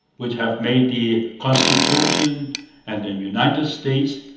which have made the constitution and the united states,